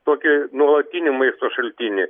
tokį nuolatinį maisto šaltinį